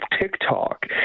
TikTok